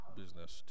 business